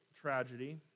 tragedy